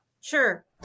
Sure